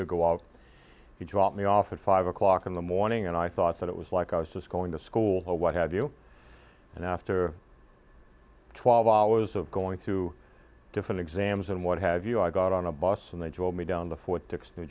to go out to drop me off at five o'clock in the morning and i thought that it was like i was just going to school or what have you and after twelve hours of going through different exams and what have you i got on a bus and they told me down the fort dix new